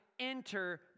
enter